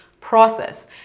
process